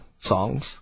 songs